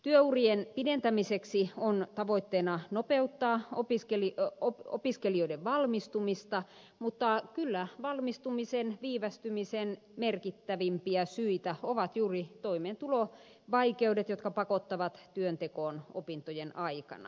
työurien pidentämiseksi on tavoitteena nopeuttaa opiskelijoiden valmistumista mutta kyllä valmistumisen viivästymisen merkittävimpiä syitä ovat juuri toimeentulovaikeudet jotka pakottavat työntekoon opintojen aikana